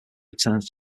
returns